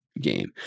game